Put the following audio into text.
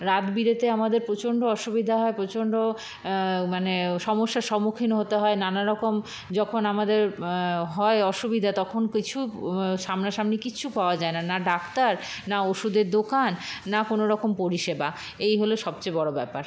রাত বিরেতে আমাদের প্রচন্ড অসুবিধা হয় প্রচন্ড মানে সমস্যার সম্মুখীন হতে হয় নানারকম যখন আমাদের হয় অসুবিধে তখন কিছু সামনা সামনি কিছু পাওয়া যায় না না ডাক্তার না ওষুধের দোকান না কোনোরকম পরিষেবা এই হলো সবচেয়ে বড়ো ব্যাপার